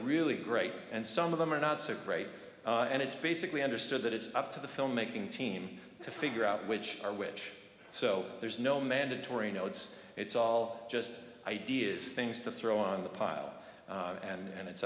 really great and some of them are not so great and it's basically understood that it's up to the filmmaking team to figure out which are which so there's no mandatory notes it's all just ideas things to throw on the pile and